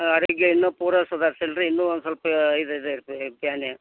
ಆರೋಗ್ಯ ಇನ್ನೂ ಪೂರ ಸುಧಾರಿಸಿಲ್ರಿ ಇನ್ನೂ ಒಂದು ಸ್ವಲ್ಪ ಇದು ಇದೆ ಬೇನೆ